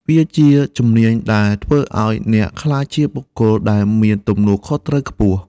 វាជាជំនាញដែលធ្វើឱ្យអ្នកក្លាយជាបុគ្គលដែលមានទំនួលខុសត្រូវខ្ពស់។